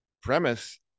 premise